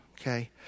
okay